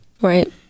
Right